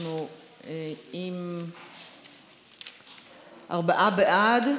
אנחנו עם ארבעה בעד.